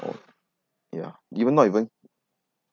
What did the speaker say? oh ya even now you are going